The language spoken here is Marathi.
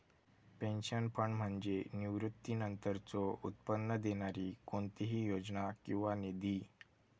पेन्शन फंड म्हणजे निवृत्तीनंतरचो उत्पन्न देणारी कोणतीही योजना किंवा निधी